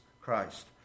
Christ